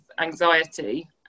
anxiety